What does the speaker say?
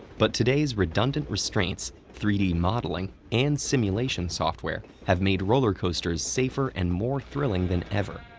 but today's redundant restraints, three d modeling and simulation software have made roller coasters safer and more thrilling than ever.